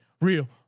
Real